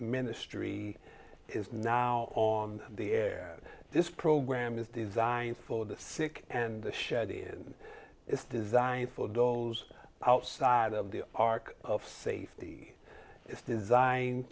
ministry is now on the air this program is designed for the sick and the shadier and it's designed for those outside of the ark of safety is designed